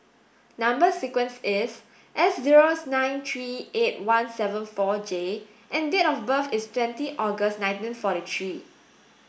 number sequence is S zeros nine three eight one seven four J and date of birth is twenty August nineteen forty three